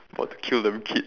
for to kill the kid